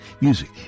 Music